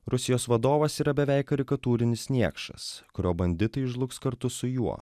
rusijos vadovas yra beveik karikatūrinis niekšas kurio banditai žlugs kartu su juo